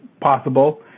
possible